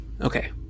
Okay